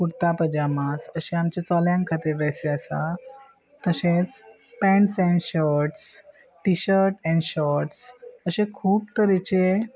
कुर्ता पजाम अशे आमच्या चल्यां खातीर ड्रेसी आसा तशेंच pants and shirts T shirt and shirts अशे खूब तरेचे